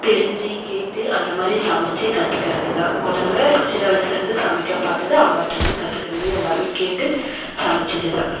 தெரிஞ்சுக்கிட்டு அந்த மாதிரி சமைத்து கற்றுக்கிறது தான் முதலில் சின்ன வயசில் இருந்து சமைக்க பார்த்தது அம்மாகிட்ட இருந்து கற்றுக்கினது எல்லாம் கேட்டு சமைத்தது தான்